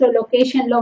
location